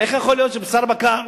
איך יכול להיות שבשר בקר,